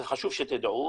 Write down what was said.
חשוב שתדעו,